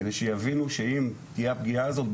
כדי שיבינו שאם תהיה הפגיעה הזאת,